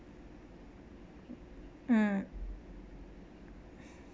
mm